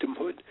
victimhood